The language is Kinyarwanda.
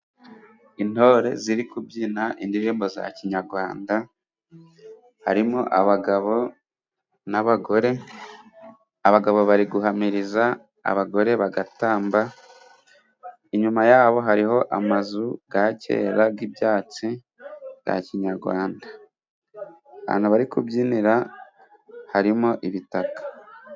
Intore ziri kubyina indirimbo za Kinyarwanda harimo abagabo n'abagore. Abagabo bari guhamiriza, abagore bagatamba. Inyuma yabo hariho amazu ya kera y'ibyatsi bya Kinyarwanda ahantu bari kubyinira harimo ibitaka.